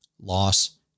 loss